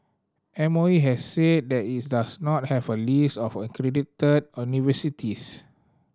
M O E has said that it does not have a list of accredited